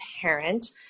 parent